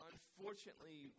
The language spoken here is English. Unfortunately